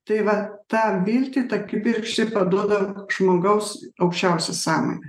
tai va tą viltį tą kibirkštį paduoda žmogaus aukščiausia sąmonė